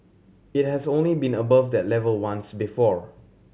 it has only been above that level once before